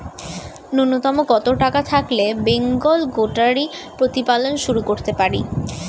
নূন্যতম কত টাকা থাকলে বেঙ্গল গোটারি প্রতিপালন শুরু করতে পারি?